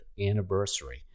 anniversary